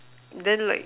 then like